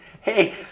hey